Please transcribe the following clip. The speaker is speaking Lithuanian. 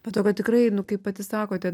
po to kad tikrai nu kaip pati sakote